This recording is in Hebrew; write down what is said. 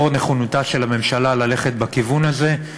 לאור נכונותה של הממשלה ללכת בכיוון הזה.